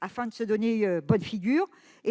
afin de se donner bonne figure.